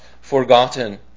forgotten